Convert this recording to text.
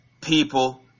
people